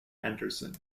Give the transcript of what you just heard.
anderson